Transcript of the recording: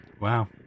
Wow